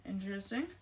Interesting